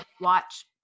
watch